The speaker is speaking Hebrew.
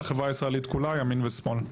לחברה הישראלית כולה ימין ושמאל,